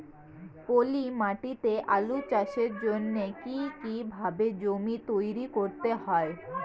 পলি মাটি তে আলু চাষের জন্যে কি কিভাবে জমি তৈরি করতে হয়?